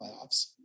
playoffs